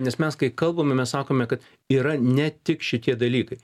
nes mes kai kalbame mes sakome kad yra ne tik šitie dalykai